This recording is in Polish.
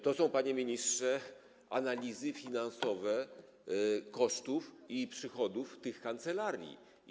To są, panie ministrze, analizy finansowe kosztów i przychodów tych kancelarii.